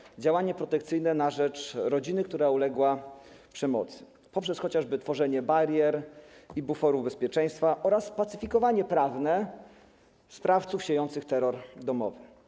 Chodzi o działanie protekcyjne na rzecz rodziny, która uległa przemocy, poprzez chociażby tworzenie barier i buforu bezpieczeństwa oraz pacyfikowanie prawne sprawców siejących terror domowy.